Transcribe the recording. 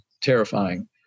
terrifying